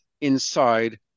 inside